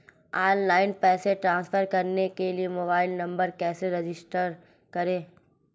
Online पैसे transfer करने के लिए मोबाइल नंबर कैसे रजिस्टर करें?